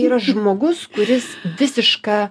yra žmogus kuris visiška